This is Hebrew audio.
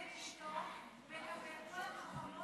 הם קבעו שהוא מעגן את אשתו וקבעו עליו